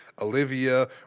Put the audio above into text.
Olivia